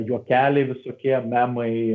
juokeliai visokie memai